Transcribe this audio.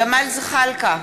ג'מאל זחאלקה,